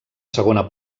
segona